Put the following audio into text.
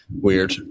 weird